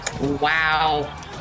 wow